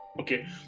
Okay